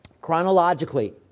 chronologically